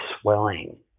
swelling